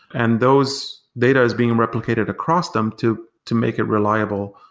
and those data is being replicated across them to to make it reliable,